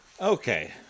Okay